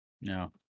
No